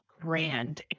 grand